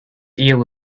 eel